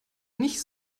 nicht